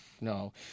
No